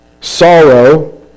sorrow